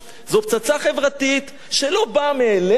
זו פצצה חברתית שלא באה מאליה,